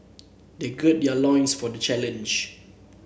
they gird their loins for the challenge